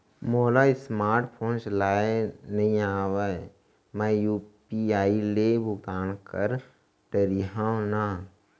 मोला smart phone चलाए नई आए मैं यू.पी.आई ले भुगतान कर डरिहंव न?